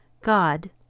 God